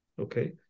okay